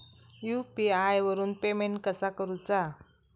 UPI वरून payment कसा करूचा?